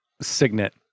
Signet